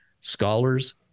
scholars